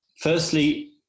Firstly